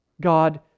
God